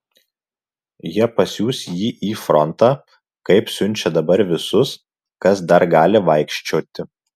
jie pasiųs jį į frontą kaip siunčia dabar visus kas dar gali vaikščioti